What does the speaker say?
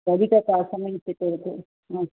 अधिक समीचीनं एतत् हा